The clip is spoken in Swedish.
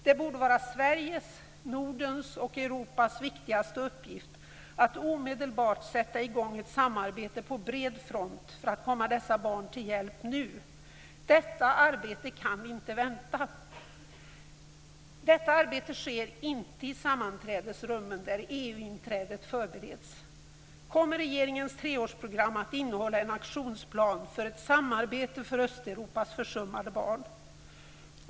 Det borde vara Sveriges, Nordens och Europas viktigaste uppgift att omedelbart sätta i gång ett samarbete på bred front för att komma dessa barn till hjälp nu. Detta arbete kan inte vänta. Detta arbete sker inte i sammanträdesrummen, där EU-inträdet förbereds. Kommer regeringens treårsprogram att innehålla en aktionsplan för ett samarbete för Östeuropas försummade barn?